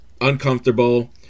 uncomfortable